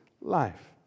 life